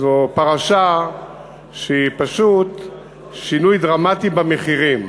זאת פרשה שהיא פשוט שינוי דרמטי במחירים.